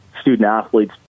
student-athletes